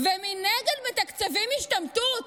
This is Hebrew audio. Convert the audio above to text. ומנגד מתקצבים השתמטות.